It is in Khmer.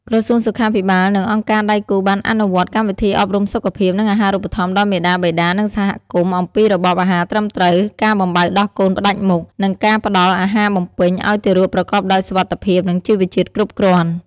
ក្រសួងសុខាភិបាល និងអង្គការដៃគូបានអនុវត្តកម្មវិធីអប់រំសុខភាព និងអាហារូបត្ថម្ភដល់មាតា បិតា និងសហគមន៍ អំពីរបបអាហារត្រឹមត្រូវ ការបំបៅដោះកូនផ្តាច់មុខ និងការផ្តល់អាហារបំពេញឱ្យទារកប្រកបដោយសុវត្ថិភាព និងជីវជាតិគ្រប់គ្រាន់។